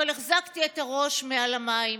אבל החזקתי את הראש מעל המים,